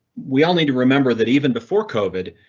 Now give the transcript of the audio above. we all need to remember that even before covid,